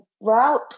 route